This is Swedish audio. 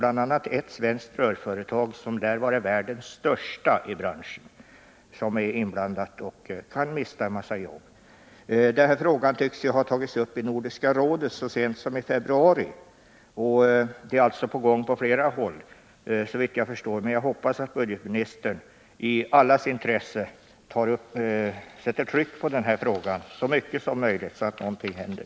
a. är ett svenskt rörföretag berört som lär vara världens största i branschen, och det företaget och andra företag kan mista en mängd arbete. Den här frågan lär ha tagits upp i Nordiska rådet så sent som i februari, och saken är alltså på gång på flera håll, såvitt jag förstår. Men jag hoppas att budgetministerni allas intresse trycker på när det gäller den här frågan, så att någonting händer.